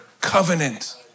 covenant